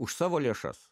už savo lėšas